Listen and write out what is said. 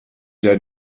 der